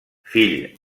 fill